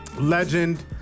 legend